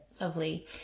Lovely